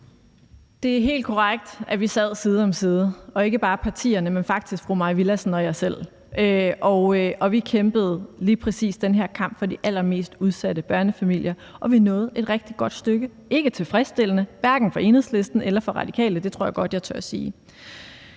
Det er helt korrekt, at vi sad side om side, og det var ikke bare partierne, men faktisk fru Mai Villadsen og mig selv. Og vi kæmpede lige præcis den her kamp for de allermest udsatte børnefamilier, og vi nåede et rigtig godt stykke ad vejen, men det var ikke tilfredsstillende, hverken for Enhedslisten eller for Radikale – det tror jeg godt jeg tør sige.